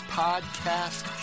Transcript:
podcast